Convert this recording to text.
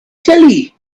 jelly